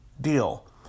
deal